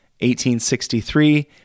1863